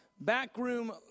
backroom